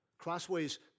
Crossway's